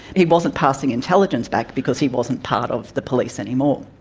he wasn't passing intelligence back because he wasn't part of the police any more.